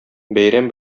бәйрәм